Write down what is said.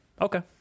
okay